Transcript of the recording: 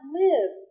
live